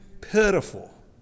pitiful